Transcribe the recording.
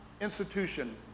institution